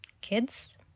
kids